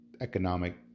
economic